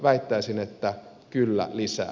väittäisin että kyllä lisää